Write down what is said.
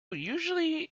usually